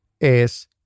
es